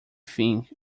think